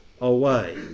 away